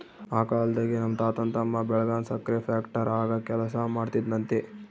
ಆ ಕಾಲ್ದಾಗೆ ನಮ್ ತಾತನ್ ತಮ್ಮ ಬೆಳಗಾಂ ಸಕ್ರೆ ಫ್ಯಾಕ್ಟರಾಗ ಕೆಲಸ ಮಾಡ್ತಿದ್ನಂತೆ